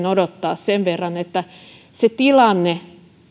odottaa sen verran että se tilanne